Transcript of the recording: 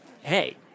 Hey